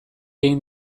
egin